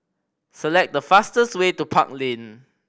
select the fastest way to Park Lane